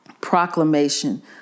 proclamation